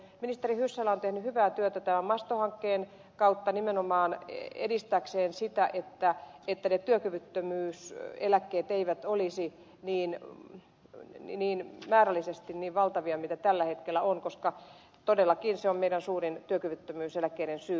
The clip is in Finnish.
ministeri hyssälä on tehnyt hyvää työtä tämän masto hankkeen kautta nimenomaan edistääkseen sitä että työkyvyttömyyseläkkeiden määrä ei olisi niin valtava kuin se tällä hetkellä on koska todellakin mielenterveys on meillä suurin työkyvyttömyyseläkkeiden syy